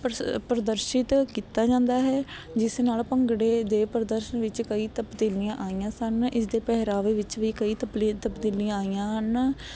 purse ਪ੍ਰਦਰਸ਼ਿਤ ਕੀਤਾ ਜਾਂਦਾ ਹੈ ਜਿਸ ਨਾਲ ਭੰਗੜੇ ਦੇ ਪ੍ਰਦਰਸ਼ਨ ਵਿੱਚ ਕਈ ਤਬਦੀਲੀਆਂ ਆਈਆਂ ਸਨ ਇਸ ਦੇ ਪਹਿਰਾਵੇ ਵਿੱਚ ਵੀ ਕਈ ਤਪਲੀ ਤਬਦੀਲੀਆਂ ਆਈਆਂ ਹਨ